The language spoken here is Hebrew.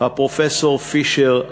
פרופסור פישר,